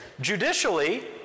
Judicially